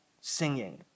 singing